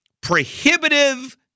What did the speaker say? prohibitive